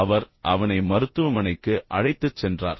அவர் அவனை மருத்துவமனைக்கு அழைத்துச் சென்றார்